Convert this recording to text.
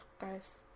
guys